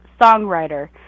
songwriter